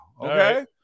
Okay